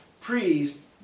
priest